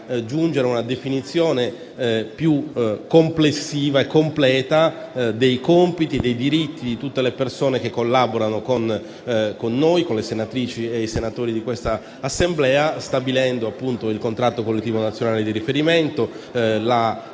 - giungere a una definizione più complessiva e completa dei compiti e dei diritti di tutte le persone che collaborano con noi, con le senatrici e i senatori di questa Assemblea. Ciò al fine di stabilire il contratto collettivo nazionale di riferimento, il